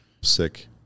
sick